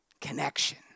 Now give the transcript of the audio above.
connection